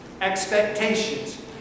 expectations